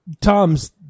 Tom's